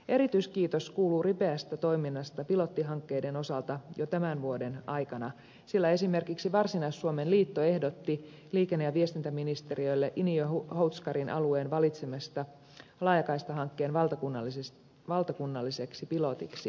erityiskiitos kuuluu ripeästä toiminnasta pilottihankkeiden osalta jo tämän vuoden aikana sillä esimerkiksi varsinais suomen liitto ehdotti liikenne ja viestintäministeriölle iniönhoutskarin alueen valitsemista laajakaistahankkeen valtakunnalliseksi pilotiksi